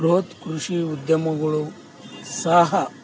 ಬೃಹತ್ ಕೃಷಿ ಉದ್ಯಮಗಳು ಸಹ